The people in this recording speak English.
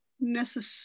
necessary